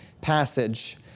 passage